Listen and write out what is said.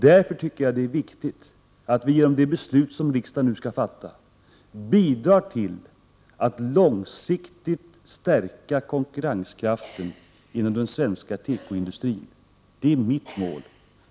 Därför tycker jag det är viktigt att vi genom det beslut som riksdagen nu skall fatta bidrar till att långsiktigt stärka konkurrenskraften inom den svenska tekoindustrin — det är mitt mål.